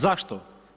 Zašto?